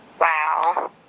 Wow